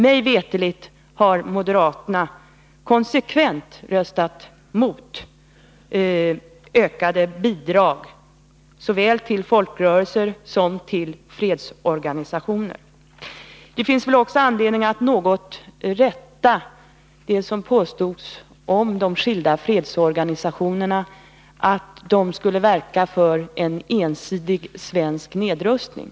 Mig veterligt har moderaterna konsekvent röstat mot ökade bidrag såväl till folkrörelser som till fredsorganisationer. Det är också befogat att rätta påståendet att de skilda fredsorganisatio nerna verkar för en ensidig svensk nedrustning.